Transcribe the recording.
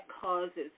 causes